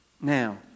Now